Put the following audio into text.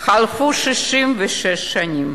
חלפו 66 שנים